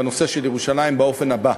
בנושא של ירושלים באופן הבא: